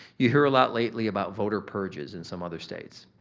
you hear a lot lately about voter purges in some other states,